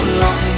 long